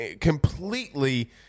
completely